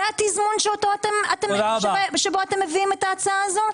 זה התזמון שבו אתם מביאים את ההצעה הזאת?